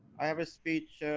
i have a speech.